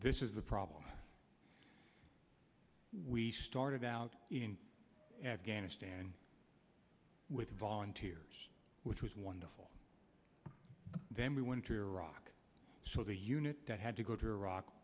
this is a problem we started out in afghanistan with volunteers which was wonderful then we went to iraq so the unit that had to go to iraq